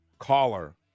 Caller